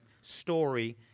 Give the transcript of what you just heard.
story